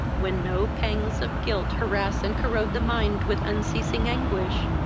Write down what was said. when no pangs of guilt harass and corrode the mind with unceasing anguish!